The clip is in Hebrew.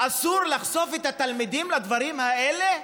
אסור לחשוף את התלמידים לדברים האלה?